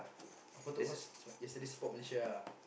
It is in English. cause yesterday support Malaysia ah